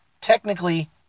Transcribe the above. technically